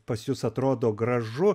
pas jus atrodo gražu